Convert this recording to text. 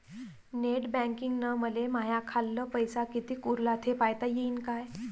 Net बँकिंगनं मले माह्या खाल्ल पैसा कितीक उरला थे पायता यीन काय?